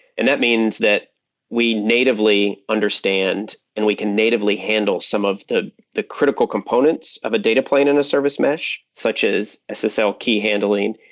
and that means that we natively understand and we can natively handle some of the the critical components of a data plane and a service mesh, such as ssl so key handling,